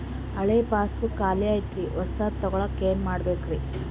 ಹಳೆ ಪಾಸ್ಬುಕ್ ಕಲ್ದೈತ್ರಿ ಹೊಸದ ತಗೊಳಕ್ ಏನ್ ಮಾಡ್ಬೇಕರಿ?